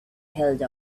held